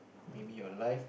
maybe your life